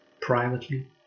privately